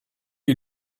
you